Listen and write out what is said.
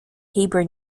heber